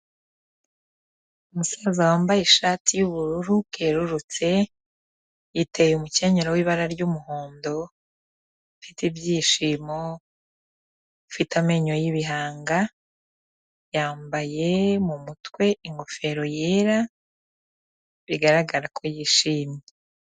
Umusaza wambaye ishati y'ubururu bwererutse yiteye umukenyero w'ibara ry'umuhondo ufite ibyishimo, ufite amenyo y'ibihanga, yambaye mu mutwe ingofero yera bigaragara ko yishimye.